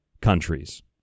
countries